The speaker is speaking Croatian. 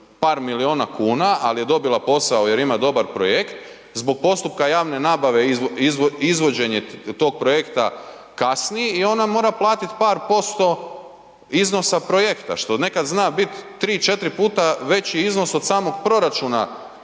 par miliona kuna, ali je dobila posao jer ima dobar projekt zbog postupka javne nabave izvođenje tog projekta kasni i ona mora platiti par posto iznos projekta što nekad zna biti 3, 4 puta veći iznos od samog proračuna